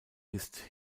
ist